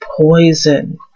poison